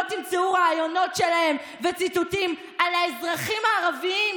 לא תמצאו ראיונות שלהם וציטוטים על האזרחים הערבים,